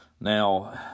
Now